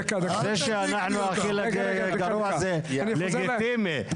זה שאנחנו הכי גרוע זה לגיטימי,